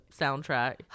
soundtrack